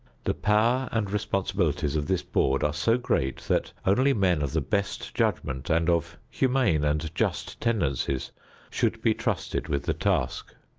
the power and responsibilities of this board are so great that only men of the best judgment and of humane and just tendencies should be trusted with the task.